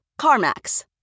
CarMax